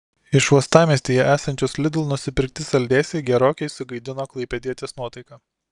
iš uostamiestyje esančios lidl nusipirkti saldėsiai gerokai sugadino klaipėdietės nuotaiką